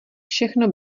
všechno